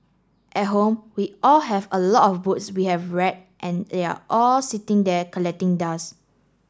at home we all have a lot of books we have read and they are all sitting there collecting dust